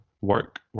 work